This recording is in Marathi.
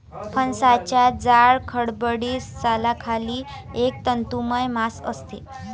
फणसाच्या जाड, खडबडीत सालाखाली एक तंतुमय मांस असते